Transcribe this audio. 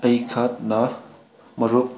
ꯑꯩꯍꯥꯛꯅ ꯃꯔꯨꯞ